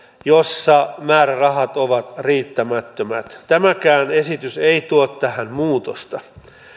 jossa määrärahat ovat riittämättömät tämäkään esitys ei tuo tähän muutosta